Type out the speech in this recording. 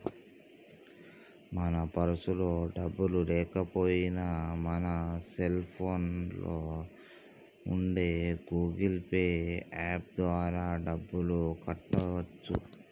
మన పర్సులో డబ్బులు లేకపోయినా మన సెల్ ఫోన్లో ఉండే గూగుల్ పే యాప్ ద్వారా డబ్బులు కట్టవచ్చు